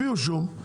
הביאו שום,